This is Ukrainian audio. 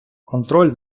контроль